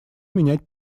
менять